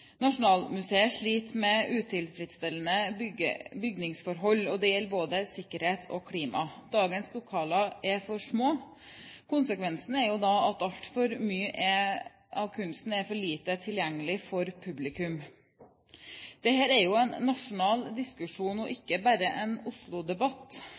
Nasjonalmuseet sliter med utilfredsstillende bygningsforhold. Det gjelder både sikkerhet og klima. Dagens lokaler er for små. Konsekvensen er at altfor mye av kunsten er for lite tilgjengelig for publikum. Dette er en nasjonal diskusjon og